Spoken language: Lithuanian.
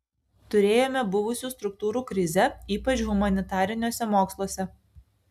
turėjome buvusių struktūrų krizę ypač humanitariniuose moksluose